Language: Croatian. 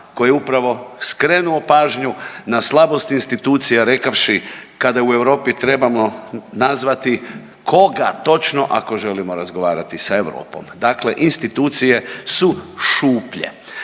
koji je upravo skrenuo pažnju na slabost institucija rekavši kada u Europi trebamo nazvati koga točno ako želimo razgovarati da Europom. Dakle, institucije su šuplje.